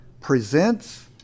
presents